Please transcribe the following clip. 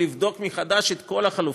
לבדוק מחדש את כל החלופות,